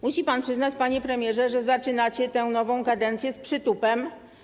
Musi pan przyznać, panie premierze, że zaczynacie tę nową kadencję z przytupem.